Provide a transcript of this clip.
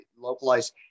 localized